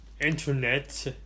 Internet